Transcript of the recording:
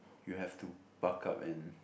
you have to buck up and